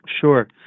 Sure